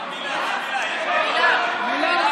מילה?